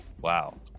Wow